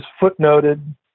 footnoted